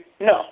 no